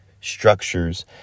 structures